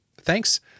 Thanks